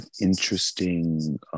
interesting